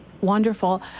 Wonderful